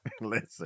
listen